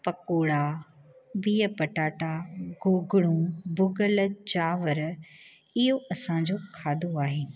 पकोड़ा बीह पटाटा गोघणूं भुगल चांवर इहो असांजो खाधो आहिनि